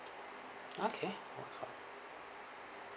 okay once off